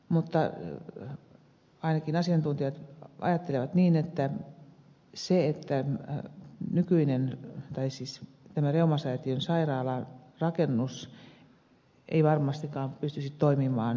mutta ainakin asiantuntijat ajattelevat niin että tämä reumasäätiön sairaalan rakennus ei varmastikaan pystyisi toimimaan sivutoimipisteenä